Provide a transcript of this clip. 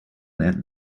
that